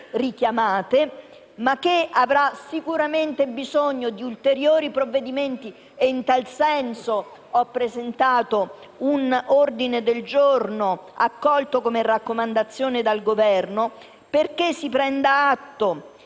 richiamate, ma saranno sicuramente necessari ulteriori provvedimenti. In tal senso ho presentato un ordine del giorno, accolto come raccomandazione dal Governo, perché si prenda atto